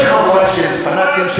יש חבורה של פנאטים,